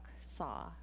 saw